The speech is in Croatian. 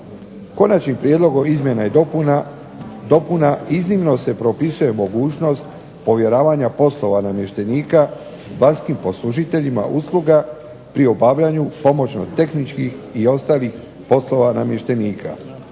Konačnim prijedlogom izmjena i dopuna iznimno se propisuje mogućnost povjeravanja poslova namještenika, vanjskim poslužiteljima usluga pri obavljanju pomoćno-tehničkih i ostalih poslova namještenika.